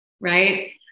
right